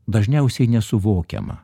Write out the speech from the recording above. dažniausiai nesuvokiama